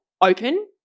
open